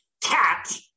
cat